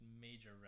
major